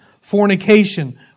fornication